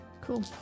Cool